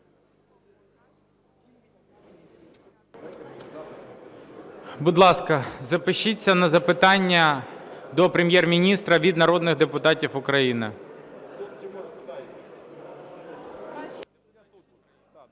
Будь ласка, запишіться на запитання до Прем'єр-міністра від народних депутатів України.